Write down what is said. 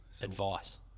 advice